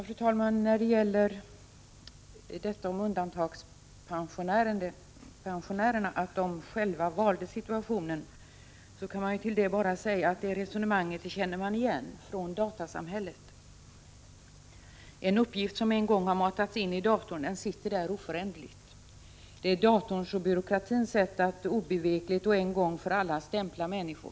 Fru talman! Till detta att undantagspensionärerna själva valde situationen kan man bara säga att vi känner igen det resonemanget från datasamhället. En uppgift som en gång har matats in i datorn sitter där oföränderligt. Det är datorns och byråkratins sätt att obevekligt och en gång för alla stämpla människor.